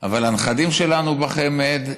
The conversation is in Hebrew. אבל הנכדים שלנו בחמ"ד,